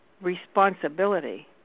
responsibility